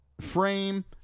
frame